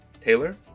Taylor